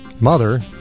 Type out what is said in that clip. Mother